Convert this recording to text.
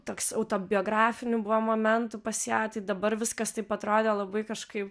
toks autobiografinių buvo momentų pas ją tai dabar viskas taip atrodė labai kažkaip